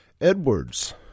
Edwards